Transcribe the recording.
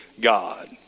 God